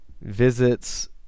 visits